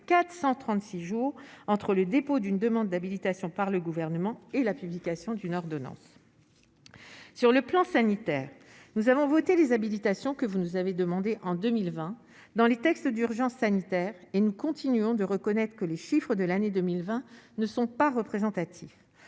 436 jours entre le dépôt d'une demande d'habilitation par le gouvernement et la publication d'une ordonnance sur le plan sanitaire, nous avons votées des habilitations, que vous nous avez demandé en 2020 dans les textes d'urgence sanitaire et nous continuons de reconnaître que les chiffres de l'année 2020 ne sont pas représentatifs,